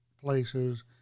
places